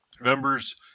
members